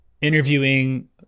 interviewing